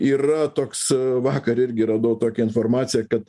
yra toks vakar irgi radau tokią informaciją kad